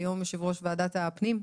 היום יושב-ראש ועדת הפנים,